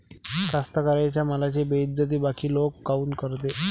कास्तकाराइच्या मालाची बेइज्जती बाकी लोक काऊन करते?